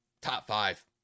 top-five